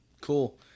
Cool